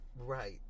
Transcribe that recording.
Right